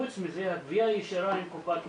חוץ מזה, התביעה הישירה עם קופת חולים,